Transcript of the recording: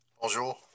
bonjour